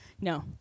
no